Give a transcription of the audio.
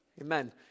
Amen